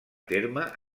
terme